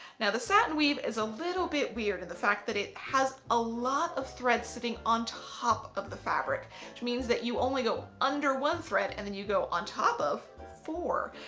now the satin weave is a little bit weird in the fact that it has a lot of thread sitting on top of the fabric which means that you only go under one thread and then you go on top of four.